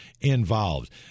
involved